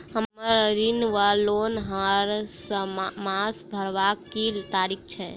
हम्मर ऋण वा लोन हरमास भरवाक की तारीख अछि?